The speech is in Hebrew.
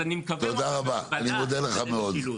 אני אני מקווה מאוד שהוועדה תקדם משילות.